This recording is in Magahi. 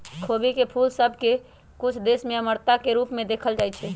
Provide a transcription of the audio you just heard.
खोबी के फूल सभ के कुछ देश में अमरता के रूप में देखल जाइ छइ